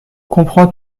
comprends